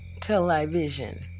television